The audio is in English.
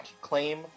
Claim